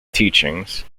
teachings